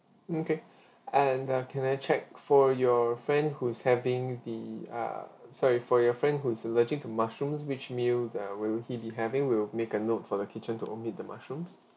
mm K and uh can I check for your friend who is having the uh sorry for your friend who is allergic to mushrooms which meal uh will he be having we'll make a note for the kitchen to omit the mushrooms